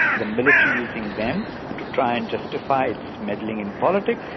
the military using them to try and justify its meddling in politics,